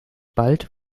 bald